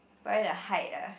probably the height ah